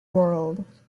world